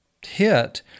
hit